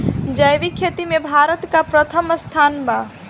जैविक खेती में भारत का प्रथम स्थान बा